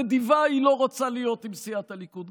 נדיבה היא לא רוצה להיות עם סיעת הליכוד,